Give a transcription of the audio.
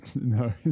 No